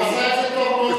הוא עשה את זה טוב מאוד